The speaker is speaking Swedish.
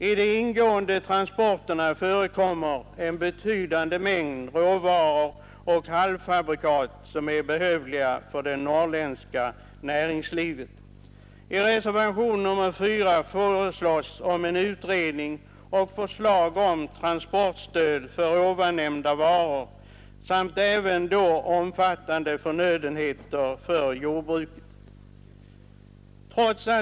I de ingående transporterna förekommer betydande mängder råvaror och halvfabrikat som är behövliga för det norrländska näringslivet. I reservationen 4 föreslås utredning och förslag till transportstöd för nämnda varor, även omfattande förnödenheter för jordbruket.